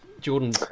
Jordan